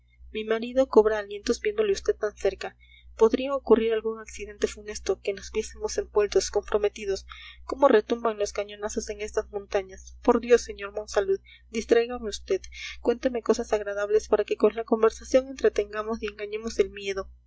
mi marido cobra alientos viéndole a vd tan cerca podría ocurrir algún accidente funesto que nos viésemos envueltos comprometidos cómo retumban los cañonazos en estas montañas por dios sr monsalud distráigame vd cuénteme cosas agradables para que con la conversación entretengamos y engañemos el miedo